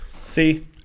See